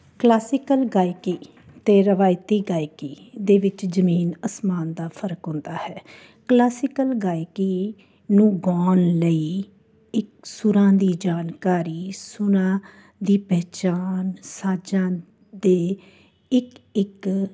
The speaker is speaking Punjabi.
ਕਲਾਸਿਕਲ ਗਾਇਕੀ ਅਤੇ ਰਵਾਇਤੀ ਗਾਇਕੀ ਦੇ ਵਿੱਚ ਜ਼ਮੀਨ ਅਸਮਾਨ ਦਾ ਫਰਕ ਹੁੰਦਾ ਹੈ ਕਲਾਸਿਕਲ ਗਾਇਕੀ ਨੂੰ ਗਾਉਣ ਲਈ ਇੱਕ ਸੁਰਾਂ ਦੀ ਜਾਣਕਾਰੀ ਸੁਰਾਂ ਦੀ ਪਹਿਚਾਣ ਸਾਜਾਂ ਦੇ ਇੱਕ ਇੱਕ